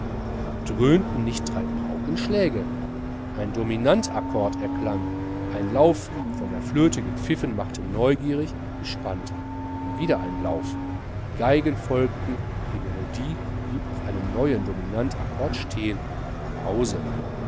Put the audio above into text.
dröhnten nicht drei paukenschläge ein dominantakkord erklang ein lauf von der flöte gepfiffen machte neugierig gespannt und wieder ein lauf die geigen folgten die melodie blieb auf einem neuen dominantakkord stehen pause